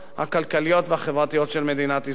הכלכליות והחברתיות של מדינת ישראל.